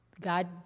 God